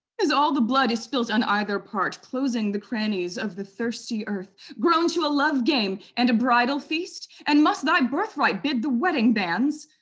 is all the blood yspilt on either part, closing the crannies of the thirsty earth, grown to a lovegame and a bridal feast? and must thy birthright bid the wedding bans?